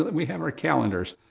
we have our calendars.